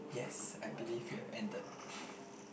yes I believe we have ended